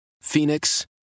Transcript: Phoenix